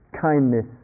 kindness